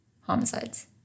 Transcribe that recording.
homicides